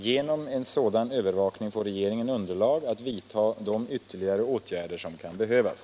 Genom en sådan övervakning får regeringen underlag att vidta de ytterligare åtgärder som 7 kan behövas.